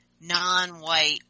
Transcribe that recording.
non-white